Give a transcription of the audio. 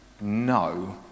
no